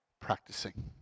practicing